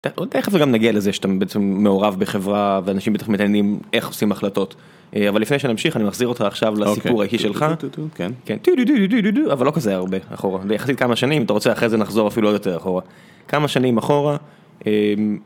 איך זה גם נגיע לזה שאתה בעצם מעורב בחברה ואנשים מתעניים איך עושים החלטות אבל לפני שנמשיך אני מחזיר אותה עכשיו לסיפור הכי שלך אבל לא כזה הרבה אחורה ויחסית כמה שנים אתה רוצה אחרי זה נחזור אפילו יותר אחורה כמה שנים אחורה.